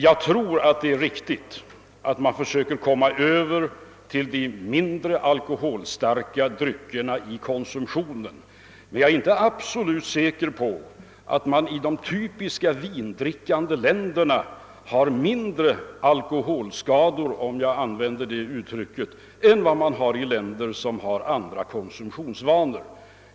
Jag tror att det är riktigt att vi försöker komma över till de mindre alhoholstarka dryckerna i konsumtionen, men jag är inte absolut säker på att man i de typiska vindrickarländerna har mindre alkoholskador — för att använda detta uttryck — än man har i länder med andra konsumtionsvanor.